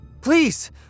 Please